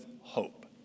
hope